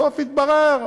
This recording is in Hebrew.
בסוף התברר,